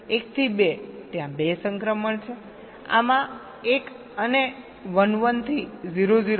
1 થી 2 ત્યાં 2 સંક્રમણ છે આમાં 1 અને 1 1 થી 0 0 અન્ય 2